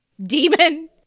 Demon